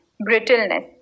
brittleness